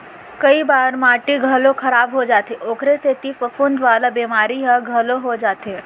कई बार माटी घलौ खराब हो जाथे ओकरे सेती फफूंद वाला बेमारी ह घलौ हो जाथे